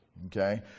okay